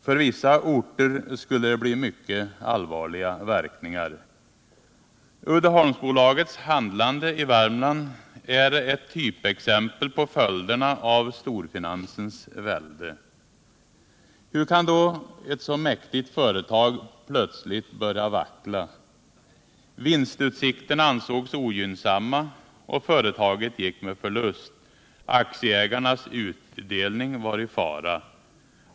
För vissa orter skulle det bli mycket allvarliga verkningar. Uddeholmsbolagets handlande i Värmland är ett typexempel på följderna av storfinansens välde. Hur kan då ett så mäktigt företag plötsligt börja vackla? Vinstutsikterna ansågs ogynnsamma och företaget gick med förlust. Aktieägarnas utdelning var i fara.